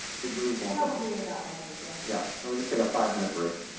it's reasonable. probably about five minutes yeah. yeah, so we just take a five minute break.